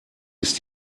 ist